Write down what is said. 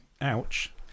Ouch